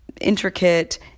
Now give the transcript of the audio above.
intricate